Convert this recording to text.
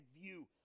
view